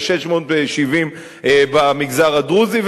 ו-670 במגזר הדרוזי,